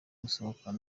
gusohoka